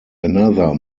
another